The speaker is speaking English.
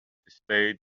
displayed